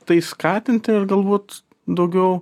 tai skatinti ir galbūt daugiau